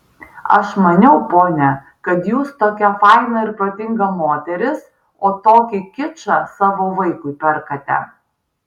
aš maniau ponia kad jūs tokia faina ir protinga moteris o tokį kičą savo vaikui perkate